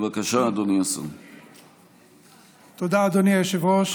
מבקש להתנגד להצעת החוק ראש